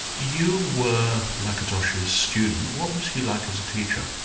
you were lakatos's student what was he like as a teacher?